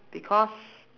because